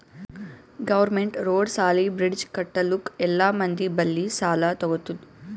government road, ಸಾಲಿ, bridge ಕಟ್ಟಲುಕ್ ಎಲ್ಲಾ ಮಂದಿ ಬಲ್ಲಿ ಸಾಲಾ ತಗೊತ್ತುದ್